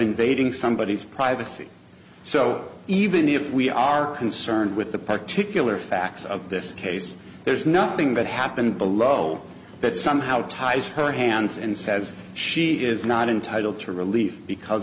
invading somebody is privacy so even if we are concerned with the particular facts of this case there's nothing that happened below that somehow ties her hands and says she is not entitled to relief because